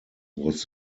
was